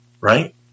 right